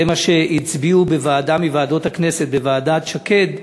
זה מה שהצביעו בוועדה מוועדות הכנסת, בוועדת שקד,